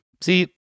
See